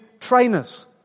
trainers